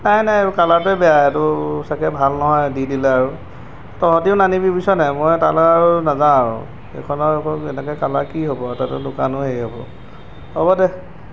নাই নাই কালাৰটোৱে বেয়া এইটো চাগে ভাল নহয় দি দিলে আৰু তহঁতিও নানিবি বুজিছ নাই মই তালৈ আৰু নাযাওঁ আৰু এইখনৰ এনেকৈ কালাৰ কি হ'ব তাতো দোকানো হেৰি হ'ব হ'ব দে